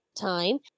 time